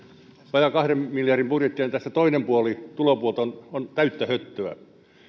vajaan kahden miljardin budjettia niin tästä toinen puoli tulopuoli on täyttä höttöä